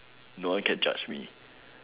no one can judge me